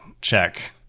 check